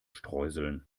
streuseln